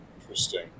Interesting